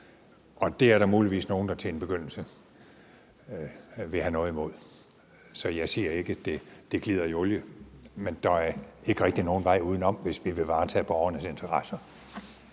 Det er der muligvis nogle der til en begyndelse vil have noget imod. Så jeg siger ikke, at det glider i olie, men der er ikke rigtig nogen vej udenom, hvis vi vil varetage borgernes interesser.